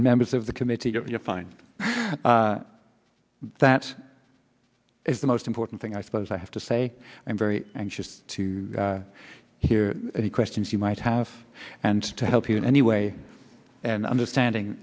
members of the committee you're fine that is the most important thing i suppose i have to say i'm very anxious to hear any questions you might have and to help you in any way an understanding